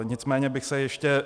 Nicméně bych se ještě...